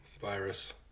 virus